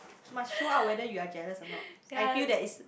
must show out whether you are jealous or not I feel that is